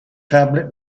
tablet